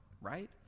right